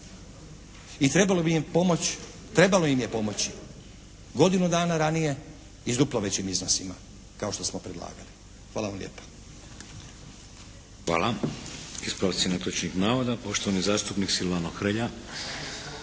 trebalo im je pomoći godinu dana ranije i s duplo većim iznosima kao što smo predlagali. Hvala vam lijepa. **Šeks, Vladimir (HDZ)** Hvala. Ispravci netočnih navoda poštovani zastupnik Silvano Hrelja.